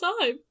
time